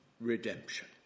redemption